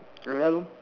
hello